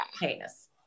heinous